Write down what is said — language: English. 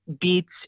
beats